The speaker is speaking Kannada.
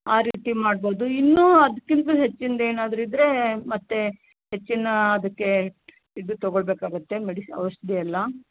ಆ ರೀತಿ ಮಾಡ್ಬೌದು ಇನ್ನೂ ಅದಕ್ಕಿಂತ್ಲೂ ಹೆಚ್ಚಿಂದು ಏನಾದರೂ ಇದ್ದರೆ ಮತ್ತೆ ಹೆಚ್ಚಿನ ಅದಕ್ಕೆ ಇದು ತೊಗೋಳ್ಬೇಕಾಗುತ್ತೆ ಮೆಡಿ ಔಷಧಿ ಎಲ್ಲ